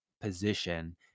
position